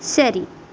ശരി